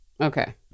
Okay